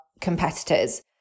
competitors